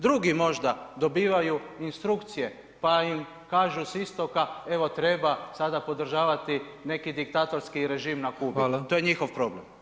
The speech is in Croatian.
Drugi možda dobivaju instrukcije pa im kažu s istoka, evo treba sada podržavati neki diktatorski režim na Kubi [[Upadica: Hvala.]] to je njihov problem.